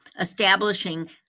establishing